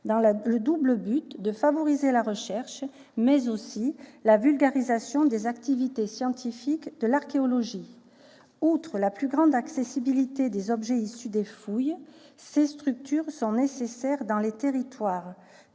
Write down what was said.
dans le double but de favoriser la recherche et la vulgarisation des activités scientifiques de l'archéologie. Outre la plus grande accessibilité des objets issus des fouilles, ces structures sont nécessaires dans les territoires,